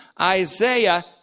Isaiah